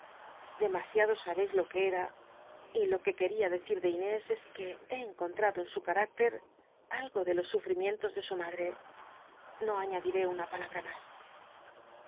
demasiado sabeis lo que cra y lo que qucria decir de loés es que he encontrado en su carácter algo de los sufrimientos de su madre no aííad iré una palabra mas